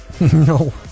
No